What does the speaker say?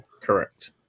Correct